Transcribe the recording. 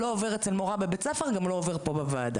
זה לא עובר אצל מורה בבית-ספר וגם לא עובר פה בוועדה.